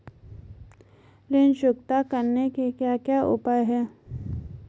ऋण चुकता करने के क्या क्या उपाय हैं?